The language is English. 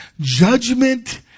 judgment